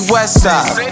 Westside